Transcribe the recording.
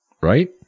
Right